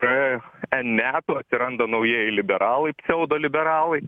praėjo n metų atsiranda naujieji liberalai pseudo liberalai